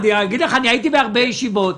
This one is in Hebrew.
הייתי בהרבה ישיבות,